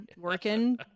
working